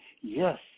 yes